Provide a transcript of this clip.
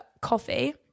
coffee